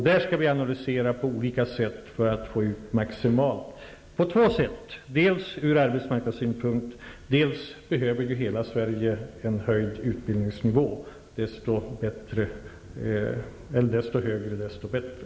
Den skall analysera detta på olika sätt för att få ut maximalt ur arbetsmarknadssynpunkt. Dessutom behöver ju hela Sverige en höjd utbildningsnivå, ju högre desto bättre.